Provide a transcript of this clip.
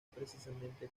precisamente